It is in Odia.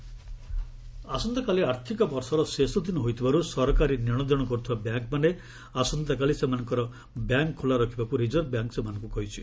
ଆର୍ବିଆଇ ବ୍ୟାଙ୍କସ୍ ଆସନ୍ତାକାଲି ଆର୍ଥିକ ବର୍ଷର ଶେଷ ଦିନ ହୋଇଥିବାରୁ ସରକାରୀ ନେଣଦେଣ କରୁଥିବା ବ୍ୟାଙ୍କ୍ମାନେ ଆସନ୍ତାକାଲି ସେମାନଙ୍କର ବ୍ୟାଙ୍କ୍ ଖୋଲା ରଖିବାକୁ ରିଜର୍ଭ ବ୍ୟାଙ୍କ୍ ସେମାନଙ୍କୁ କହିଛି